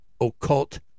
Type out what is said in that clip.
occult